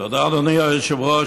תודה, אדוני היושב-ראש.